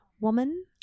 woman